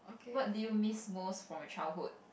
what do you miss most from your childhood